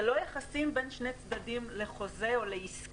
זה לא יחסים בין שני צדדים לחוזה או לעסקה,